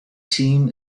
team